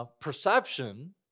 perception